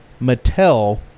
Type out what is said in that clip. Mattel